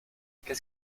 qu’est